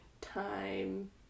time